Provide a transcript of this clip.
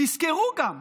תזכרו גם,